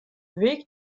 weg